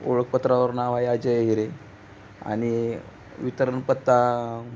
ओळखपत्रावर नाव आहे अजय घेरे आणि वितरण पत्ता